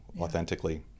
authentically